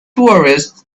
tourists